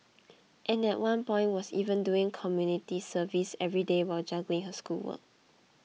and at one point was even doing community service every day while juggling her schoolwork